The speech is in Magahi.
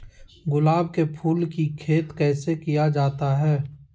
गुलाब के फूल की खेत कैसे किया जाता है?